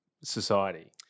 society